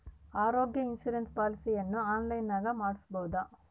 ಆರೋಗ್ಯ ಇನ್ಸುರೆನ್ಸ್ ಪಾಲಿಸಿಯನ್ನು ಆನ್ಲೈನಿನಾಗ ಮಾಡಿಸ್ಬೋದ?